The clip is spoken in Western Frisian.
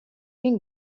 bin